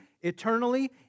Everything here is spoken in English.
eternally